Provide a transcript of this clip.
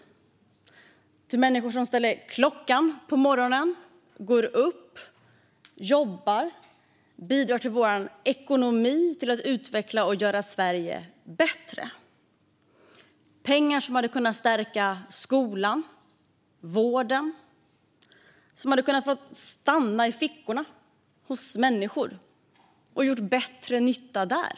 De kunde ha gått till människor som ställer klockan på morgonen, går upp, jobbar och bidrar till vår ekonomi och till att utveckla och göra Sverige bättre. Det är pengar som hade kunnat stärka skolan och vården. De hade kunnat få stanna i fickorna på människor och gjort bättre nytta där.